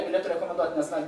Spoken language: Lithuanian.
galėtų rekomenduot nes na